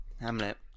Hamlet